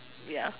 ya